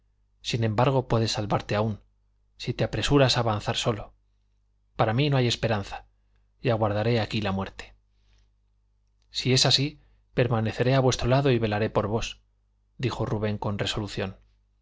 sin embargo puedes salvarte aún si te apresuras a avanzar solo para mí no hay esperanza y aguardaré aquí la muerte si es así permaneceré a vuestro lado y velaré por vos dijo rubén con resolución